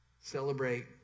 celebrate